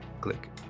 click